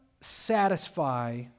satisfy